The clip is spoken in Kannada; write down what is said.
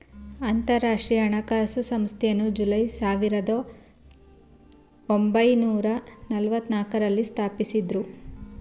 ಅಂತರಾಷ್ಟ್ರೀಯ ಹಣಕಾಸು ಸಂಸ್ಥೆಯನ್ನು ಜುಲೈ ಸಾವಿರದ ಒಂಬೈನೂರ ನಲ್ಲವತ್ತನಾಲ್ಕು ರಲ್ಲಿ ಸ್ಥಾಪಿಸಿದ್ದ್ರು